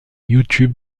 youtube